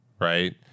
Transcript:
right